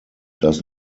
does